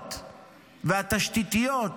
הצבאיות והתשתיתיות